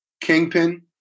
kingpin